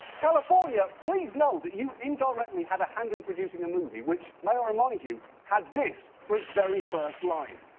california, please know that you indirectly had a hand in producing a movie, which, may i remind you, had this, for it's very first line.